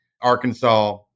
Arkansas